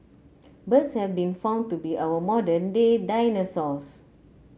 birds have been found to be our modern day dinosaurs